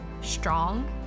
strong